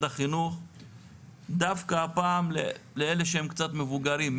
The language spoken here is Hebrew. החינוך דווקא לאלה שהם קצת מבוגרים,